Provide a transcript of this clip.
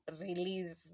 release